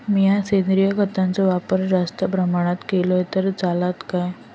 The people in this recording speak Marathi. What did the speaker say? मीया सेंद्रिय खताचो वापर जास्त प्रमाणात केलय तर चलात काय?